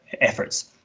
efforts